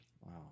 Wow